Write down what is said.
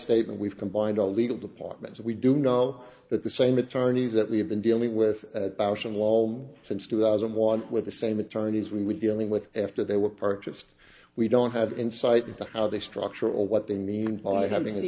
statement we've combined a legal department and we do know that the same attorneys that we have been dealing with on wall since two thousand and one with the same attorneys we were dealing with after they were purchased we don't have insight into how they structure or what they mean by having t